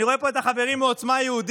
אני רואה פה את החברים מעוצמה יהודית.